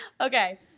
Okay